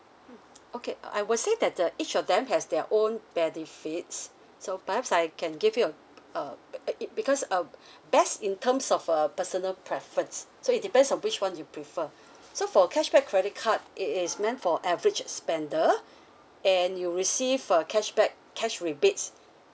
okay I would say that the each of them has their own benefits so perhaps I can give you a uh it it because uh best in terms of uh personal preference so it depends on which one you prefer so for cashback credit card it is meant for average spender and you receive a cashback cash rebates